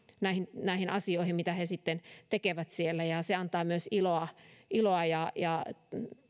näihin näihin asioihin mitä he sitten tekevät siellä ja se antaa myös iloa iloa ja ja